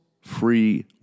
free